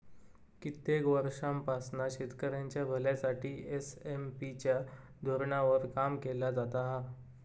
कित्येक वर्षांपासना शेतकऱ्यांच्या भल्यासाठी एस.एम.पी च्या धोरणावर काम केला जाता हा